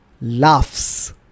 laughs